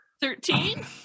Thirteen